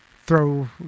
throw